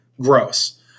gross